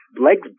legs